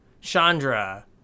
Chandra